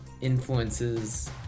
influences